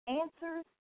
answers